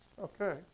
Okay